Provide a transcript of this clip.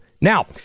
Now